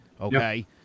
Okay